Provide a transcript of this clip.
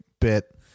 bit